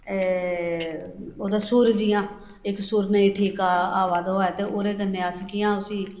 ऐ ओह्दा सुर जियां इक सुर नेईं ठीक आवा दा होऐ ते ओह्दे कन्नै अस कि'यां उसी